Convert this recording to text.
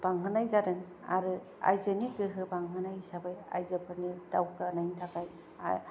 बांहोनाय जादों आरो आइजोनि गोहो बांहोनाय हिसाबै आइजोफोरनि दावगानायनि थाखाय